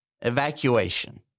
Evacuation